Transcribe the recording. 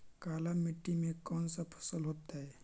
काला मिट्टी में कौन से फसल होतै?